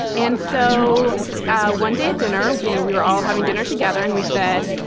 and so one day at dinner, you know, we were all having dinner together and we said,